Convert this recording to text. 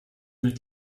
mit